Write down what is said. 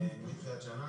אני מדבר על מתחילת השנה.